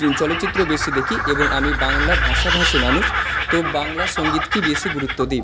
চলচ্চিত্র বেশি দেখি এবং আমি বাংলা ভাষাভাষী মানুষ তো বাংলা সঙ্গীতকেই বেশি গুরুত্ব দিই